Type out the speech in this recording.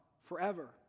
forever